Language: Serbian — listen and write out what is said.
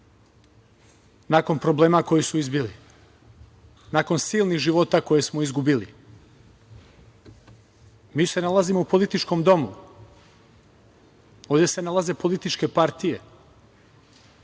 nakon problema koji su izbili, nakon silnih života koje smo izgubili. Mi se nalazimo u političkom domu, ovde se nalaze političke partije